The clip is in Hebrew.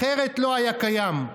אחרת לא היה קיים.